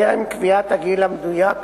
טרם קביעת הגיל המדויק